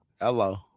Hello